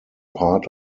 part